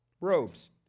Robes